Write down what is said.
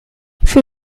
für